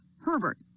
Herbert